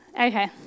Okay